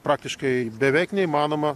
praktiškai beveik neįmanoma